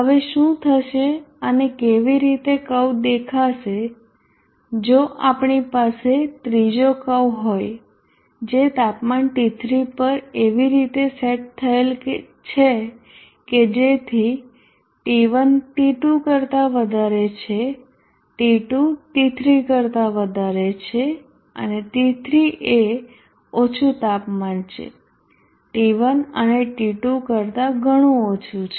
હવે શું થશે અને કેવી રીતે કર્વ દેખાશે જો આપણી પાસે ત્રીજો કર્વ હોય જે તાપમાન T3 પર એવી રીતે સેટ થયેલ છે કે જેથી T1 T2 કરતા વધારે છે T2 T3 કરતા વધારે છે T3 એ ઓછું તાપમાન છે T1 અને T2 કરતા ઘણું ઓછું છે